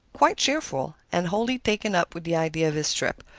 quite cheerful, and wholly taken up with the idea of his trip,